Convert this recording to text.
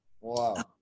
Wow